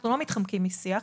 אנחנו לא מתחמקים משיח,